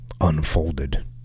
unfolded